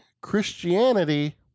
Christianity